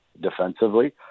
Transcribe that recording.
Defensively